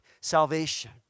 salvation